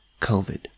COVID